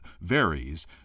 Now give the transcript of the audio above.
varies